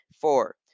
Four